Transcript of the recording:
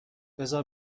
بذار